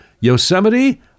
Yosemite